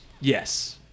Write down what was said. Yes